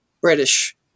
British